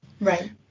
Right